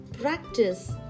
practice